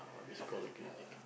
missed call again